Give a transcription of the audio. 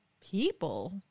People